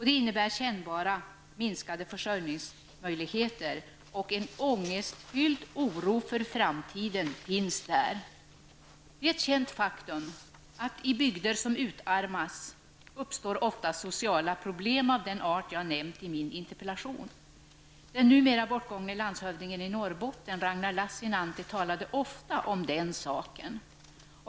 Det innebär kännbart minskade försörjningsmöjligheter. En ångetsfylld oro för framtiden finns där. Det är ett känt faktum att det i bygder som utarmas ofta uppstår sociala problem av den art som jag har nämnt i min interpellation. Den numera bortgångne landshövdingen i Norrbotten, Ragnar Lassinantti, talade ofta om den saken.